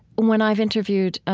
when i've interviewed,